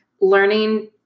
learning